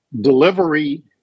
delivery